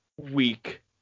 week